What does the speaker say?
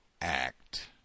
Act